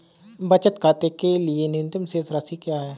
बचत खाते के लिए न्यूनतम शेष राशि क्या है?